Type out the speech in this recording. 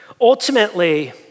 ultimately